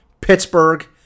Pittsburgh